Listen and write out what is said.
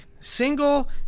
single